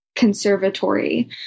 conservatory